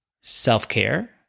self-care